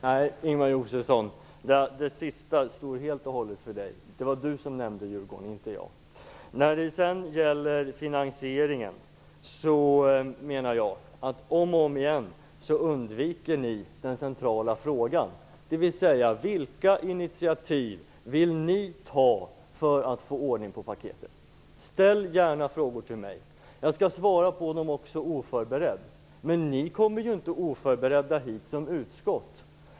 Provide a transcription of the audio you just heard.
Herr talman! Nej, det sista Ingemar Josefsson sade står helt och hållet för honom själv. Det var han som nämnde Djurgården, inte jag. Vad gäller finansieringen menar jag att ni om och om igen undviker den centrala frågan, dvs. vilka initiativ ni vill ta för att få ordning på paketet. Ställ gärna frågor till mig. Jag skall svara på dem också oförberedd. Men ni kommer ju inte oförberedda hit som utskottsföreträdare.